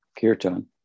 kirtan